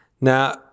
now